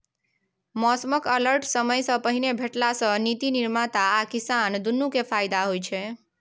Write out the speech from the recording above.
मौसमक अलर्ट समयसँ पहिने भेटला सँ नीति निर्माता आ किसान दुनु केँ फाएदा होइ छै